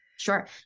Sure